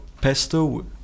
pesto